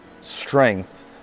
strength